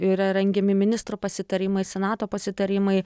yra rengiami ministro pasitarimai senato pasitarimai